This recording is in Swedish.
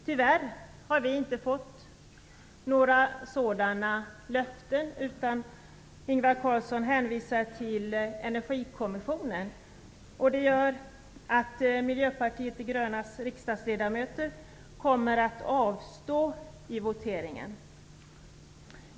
Tyvärr har vi inte fått några sådana löften, utan Ingvar Carlsson hänvisar till Energikommissionen. Det gör att Miljöpartiet de grönas riksdagsledamöter kommer att avstå i voteringen.